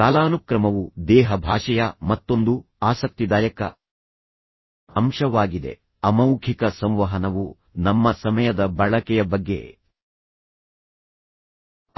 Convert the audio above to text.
ಕಾಲಾನುಕ್ರಮವು ದೇಹ ಭಾಷೆಯ ಮತ್ತೊಂದು ಆಸಕ್ತಿದಾಯಕ ಅಂಶವಾಗಿದೆ ಅಮೌಖಿಕ ಸಂವಹನವು ನಮ್ಮ ಸಮಯದ ಬಳಕೆಯ ಬಗ್ಗೆ